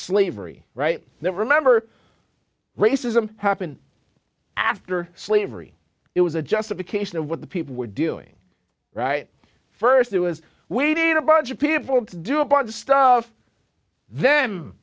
slavery right now remember racism happened after slavery it was a justification of what the people were doing right st it was we did a bunch of people to do a bunch of stuff then